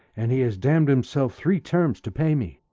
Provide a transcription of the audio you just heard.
and he has damn'd himself three terms to pay me.